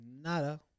Nada